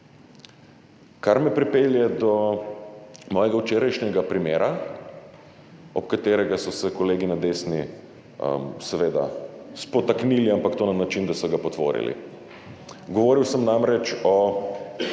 Kar me pripelje do mojega včerajšnjega primera, ob katerega so se kolegi na desni seveda spotaknili, ampak to na način, da so ga potvorili. Govoril sem namreč o